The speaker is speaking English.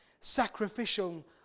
sacrificial